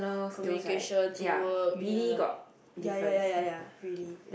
communication team work ya ya ya ya ya ya really